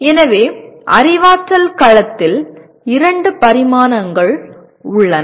எனவே அறிவாற்றல் களத்தில் இரண்டு பரிமாணங்கள் உள்ளன